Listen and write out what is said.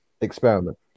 experiment